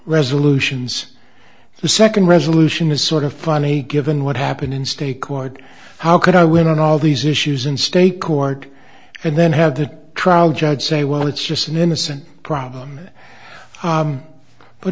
resolutions the second resolution is sort of funny given what happened in state court how could i when all these issues in state court and then have the trial judge say well it's just an innocent problem